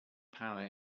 power